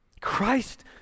Christ